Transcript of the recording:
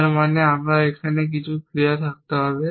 যার মানে আমাদের এখানে কিছু ক্রিয়া থাকতে হবে